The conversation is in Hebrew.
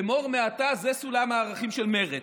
אמור מעתה: זה סולם הערכים של מרצ,